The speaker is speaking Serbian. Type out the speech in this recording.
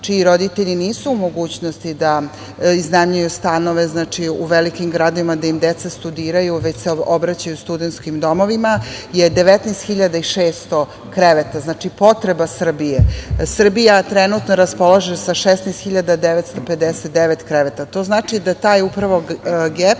čiji roditelji nisu u mogućnost da iznajmljuju stanove u velikim gradovima da im deca studiraju, već se obraćaju studentskim domovima je 19.600 kreveta. Znači, potreba Srbije, Srbija trenutno raspolaže sa 16.959 kreveta. To znači da upravo taj